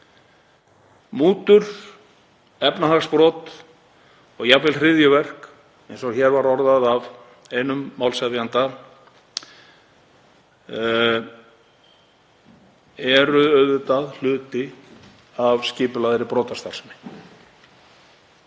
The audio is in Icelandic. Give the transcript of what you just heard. Mútur, efnahagsbrot og jafnvel hryðjuverk, eins og hér var orðað af einum málshefjanda, eru auðvitað hluti af skipulagðri brotastarfsemi